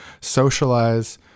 socialize